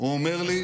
הוא אומר לי: